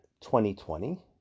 2020